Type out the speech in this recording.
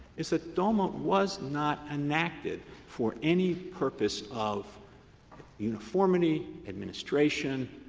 is that doma was not enacted for any purpose of uniformity, administration,